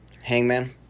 Hangman